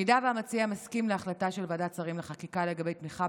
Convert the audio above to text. אם המציע מסכים להחלטה של ועדת שרים לחקיקה לגבי תמיכה